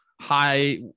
high